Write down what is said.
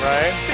Right